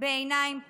בעיניים פקוחות.